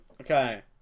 Okay